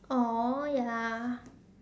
!aww! ya